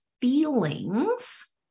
feelings